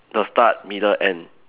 the start middle end